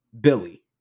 Billy